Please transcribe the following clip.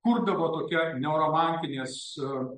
kurdavo tokia neoromantinės